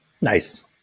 Nice